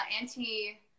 anti